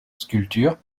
sculpture